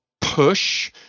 push